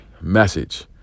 message